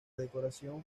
decoración